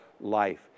life